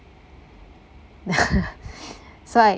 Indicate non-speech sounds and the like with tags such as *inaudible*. *laughs* so I